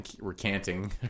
recanting